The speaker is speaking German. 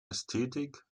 ästhetik